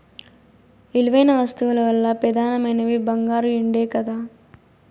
విలువైన వస్తువుల్ల పెదానమైనవి బంగారు, ఎండే కదా